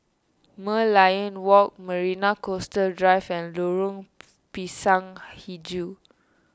Merlion Walk Marina Coastal Drive and Lorong Pisang HiJau